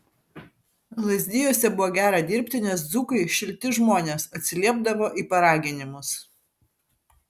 lazdijuose buvo gera dirbti nes dzūkai šilti žmonės atsiliepdavo į paraginimus